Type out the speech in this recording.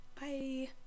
Bye